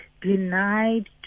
denied